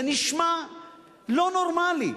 זה נשמע לא נורמלי.